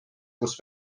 kus